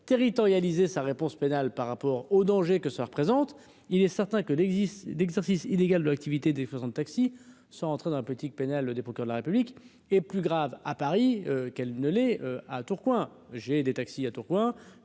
territorialiser sa réponse pénale par rapport aux dangers que ça représente. Il est certain que l'existence d'exercice illégal de l'activité des taxis sont entrés dans la politique pénale des procureurs, la République et plus grave à Paris qu'elle ne l'est à Tourcoing, j'ai des taxis à Tourcoing,